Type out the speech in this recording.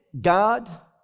god